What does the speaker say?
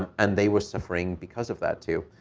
and they were suffering because of that, too.